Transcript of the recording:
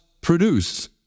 produce